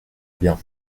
bien